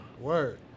word